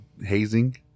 hazing